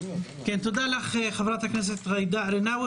תודה לך, חברת הכנסת ג'ידא רינאוי.